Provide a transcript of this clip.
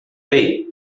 pay